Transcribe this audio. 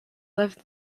lived